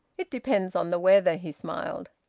it depends on the weather. he smiled.